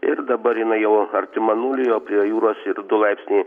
ir dabar jinai jau artima nuliui o prie jūros ir du laipsniai